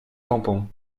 tampon